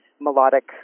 melodic